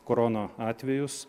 korono atvejus